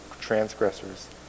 transgressors